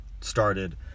started